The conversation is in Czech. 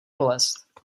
bolest